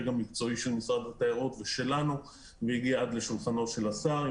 המקצועי של משרד התיירות ושלנו והגיע עד לשולחנו של השר.